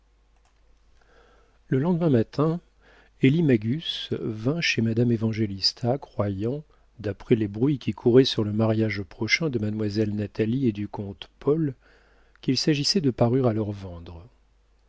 le lendemain matin élie magus vint chez madame évangélista croyant d'après les bruits qui couraient sur le mariage prochain de mademoiselle natalie et du comte paul qu'il s'agissait de parures à leur vendre